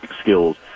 skills